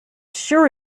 sure